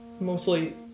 mostly